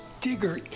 digger